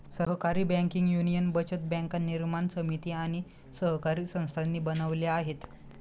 सहकारी banking union बचत बँका निर्माण समिती आणि सहकारी संस्थांनी बनवल्या आहेत